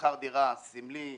שכר דירה סמלי מאוד.